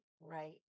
right